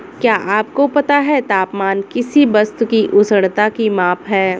क्या आपको पता है तापमान किसी वस्तु की उष्णता की माप है?